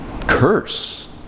curse